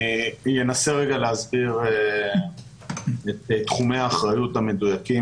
אנסה להסביר את תחומי האחריות המדויקים,